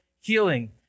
healing